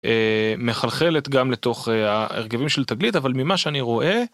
אה..מחלחלת גם לתוך הרכבים של תגלית אבל ממה שאני רואה.